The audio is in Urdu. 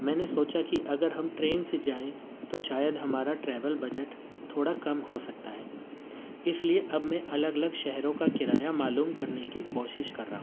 میں نے سوچا کہ اگر ہم ٹرین سے جائیں تو شاید ہمارا ٹریول بجٹ تھوڑا کم ہو سکتا ہے اس لیے اب میں الگ الگ شہروں کا کرایہ معلوم کرنے کی کوشش کر رہا ہوں